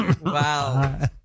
wow